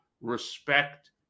respect